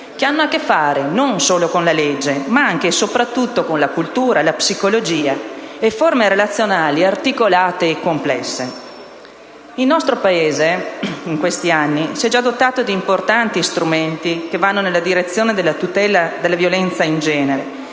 che hanno a che fare non solo con la legge, ma anche e soprattutto con la cultura, la psicologia e con forme relazionali articolate e complesse. In questi anni il nostro Paese si è già dotato di importanti strumenti che vanno nella direzione della tutela dalla violenza di genere,